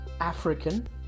African